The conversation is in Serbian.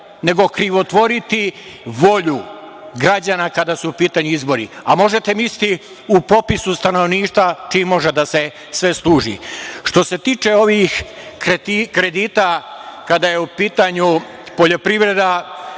nego krivotvoriti volju građana kada su u pitanju izbori, a možete misliti u popisu stanovništva, čim može da se sve služi. Što se tiče ovih kredita kada je u pitanju poljoprivreda,